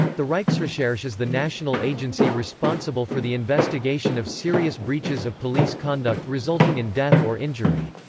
the rijksrecherche is the national agency responsible for the investigation of serious breaches of police conduct resulting in death or injury.